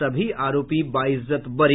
सभी आरोपी बाइज्जत बरी